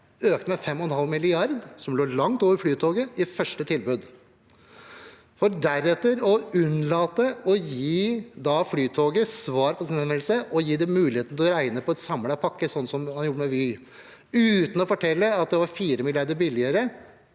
økte med 5,5 mrd. kr, som lå langt over Flytoget i første tilbud, for deretter å unnlate å gi Flytoget svar på sin henvendelse og gi dem muligheten til å regne på en samlet pakke, slik man har gjort med Vy – uten å fortelle at det var 4 mrd. kr. billigere.